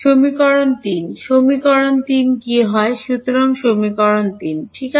সমীকরণ 3 সমীকরণ 3 কী হয় সুতরাং সমীকরণ 3 ঠিক আছে